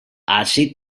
àcid